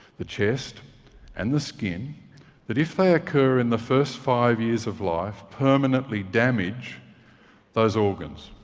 the chest and the skin that, if they occur in the first five years of life, permanently damage those organs.